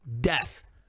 death